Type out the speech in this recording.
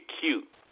cute